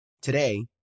today